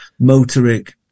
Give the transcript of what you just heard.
motoric